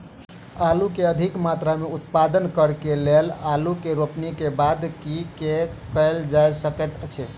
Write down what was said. आलु अधिक मात्रा मे उत्पादन करऽ केँ लेल आलु केँ रोपनी केँ बाद की केँ कैल जाय सकैत अछि?